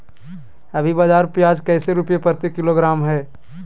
अभी बाजार प्याज कैसे रुपए प्रति किलोग्राम है?